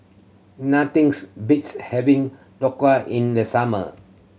nothing's beats having Dhokla in the summer